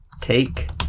Take